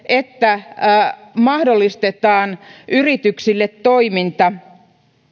että mahdollistetaan yrityksille toiminta